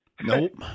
Nope